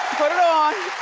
put it on.